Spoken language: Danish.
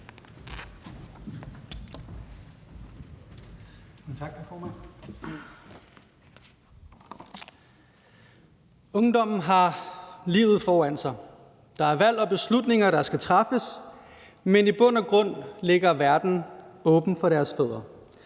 Ungdommen har livet foran sig. Der er valg og beslutninger, der skal træffes, men i bund og grund ligger verden for deres fødder.